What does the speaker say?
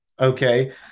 okay